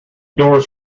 doors